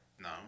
No